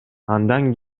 андан